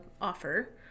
offer